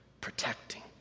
protecting